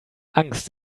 angst